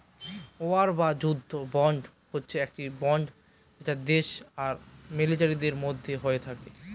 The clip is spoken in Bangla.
ওয়ার বা যুদ্ধ বন্ড হচ্ছে একটি বন্ড যেটা দেশ আর মিলিটারির মধ্যে হয়ে থাকে